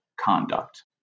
conduct